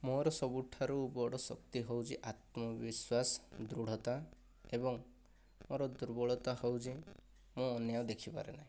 ମୋର ସବୁଠାରୁ ବଡ଼ ସତ୍ୟ ହେଉଛି ଆତ୍ମବିଶ୍ୱାସ ଦୃଢ଼ତା ଏବଂ ମୋର ଦୁର୍ବଳତା ହେଉଛି ମୁଁ ଅନ୍ୟାୟ ଦେଖିପାରେ ନାହିଁ